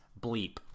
bleep